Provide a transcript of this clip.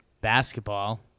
basketball